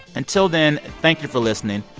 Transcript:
until then, thank you for listening.